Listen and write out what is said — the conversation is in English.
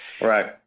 Right